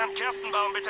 um kerstenbaum, but